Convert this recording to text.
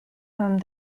home